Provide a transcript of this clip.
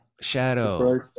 Shadow